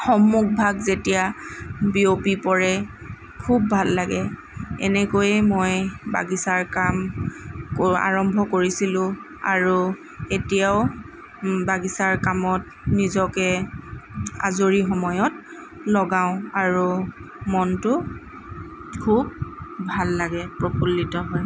সন্মুখভাগ যেতিয়া বিয়পি পৰে খুব ভাল লাগে এনেকৈয়ে মই বাগিচাৰ কাম আৰম্ভ ক কৰিছিলোঁ আৰু এতিয়াও বাগিচাৰ কামত নিজকে আজৰি সময়ত লগাওঁ আৰু মনটো খুব ভাল লাগে প্ৰফুল্লিত হয়